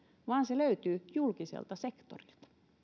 vaan se löytyy julkiselta sektorilta